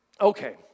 Okay